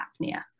apnea